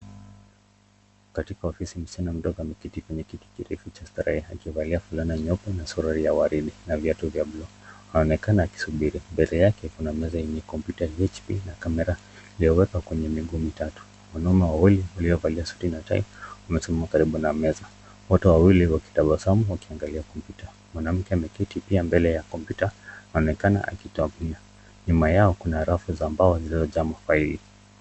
Katika ofisi msichana mdogo ameketi katika kiti kirefu, cha starehe akivalia suruali nyeupe na wali ya waridi, na viatu vya buluu, anaonekana akisubiri, mbele yake kuna meza yenye kompyuta ya hp na kamera iliyowekewa kwenye miguu mitatu, wamama wawili waliovalia suti na tai wamesimama karibu na meza, wote wawili wametabasamu wakinagalia kompyuta, mwanamke ameketi mbele ya kompyuta anaonekana akifaili, nyuma yao kuna rafu za mbao zilizojaa mafaili.